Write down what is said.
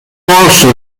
portion